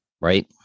Right